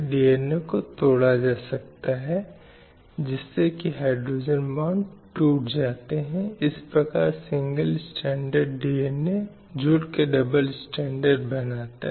घरेलू हिंसा शारीरिक हिंसा का रूप ले सकती है यह यौन हमलों का रंग भी ले सकती है और इसमें एक महिला के खिलाफ मनोवैज्ञानिक हिंसा भी शामिल है जहां महिला को विभिन्न प्रकार के आघात विभिन्न प्रकार की शत्रुतापूर्ण भावनाओं या परिवार के भीतर बीमार उपचार से वंचित किया जाता है